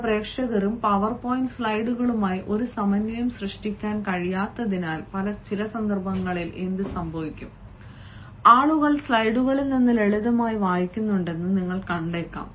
പല പ്രഭാഷകർക്കും പവർപോയിന്റ് സ്ലൈഡുകളുമായി ഒരു സമന്വയം സൃഷ്ടിക്കാൻ കഴിയാത്തതിനാൽ ചില സന്ദർഭങ്ങളിൽ എന്ത് സംഭവിക്കും ആളുകൾ സ്ലൈഡുകളിൽ നിന്ന് ലളിതമായി വായിക്കുന്നുണ്ടെന്നും നിങ്ങൾ കണ്ടേക്കാം